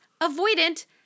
avoidant